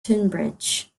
tonbridge